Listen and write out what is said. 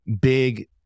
big